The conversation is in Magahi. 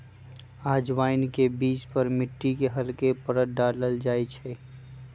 अजवाइन के बीज पर मिट्टी के हल्के परत डाल्ल जाहई